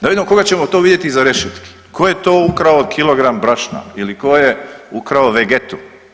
Da vidimo koga ćemo to vidjeti iza rešetki, tko je to ukrao kilogram brašna ili tko je ukrao vegetu.